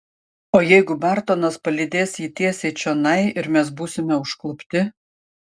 o jeigu bartonas palydės jį tiesiai čionai ir mes būsime užklupti